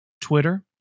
Twitter